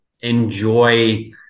enjoy